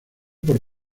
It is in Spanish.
por